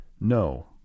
no